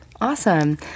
Awesome